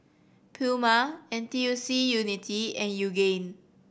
Puma N T U C Unity and Yoogane